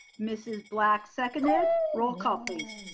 mrs. black seconded. roll call please.